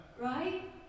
right